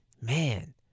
Man